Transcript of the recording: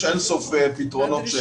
יש אין-סוף פתרונות.